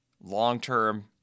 long-term